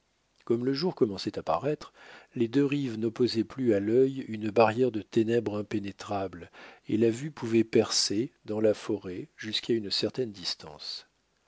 comme le jour commençait à paraître les deux rives n'opposaient plus à l'œil une barrière de ténèbres impénétrables et la vue pouvait percer dans la forêt jusqu'à une certaine distance